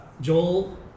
Joel